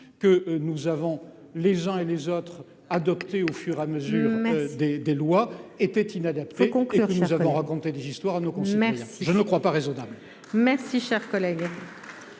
que nous avons les gens et les autres, adopté au fur et à mesure des des lois étaient inadaptées conquérir nous raconter des histoires à nos consommateurs, je ne crois pas raisonnable.